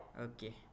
Okay